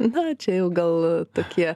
na čia jau gal tokie